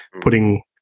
putting